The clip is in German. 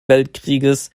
weltkrieges